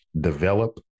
develop